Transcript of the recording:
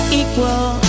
equal